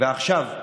ועכשיו,